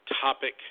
topic